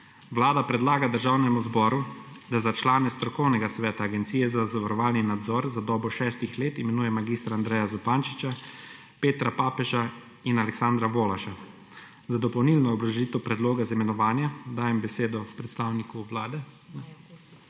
Vlada predlaga Državnemu zboru, da za člane strokovnega sveta Agencije za zavarovanje in nadzor za dobo 6 let imenuje mag. Andreja Zupančiča, Petra Papeža in Aleksandra Volaša. Za dopolnilno obrazložitev predloga za imenovanje dajem besedo predstavniku Vlade.